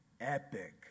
epic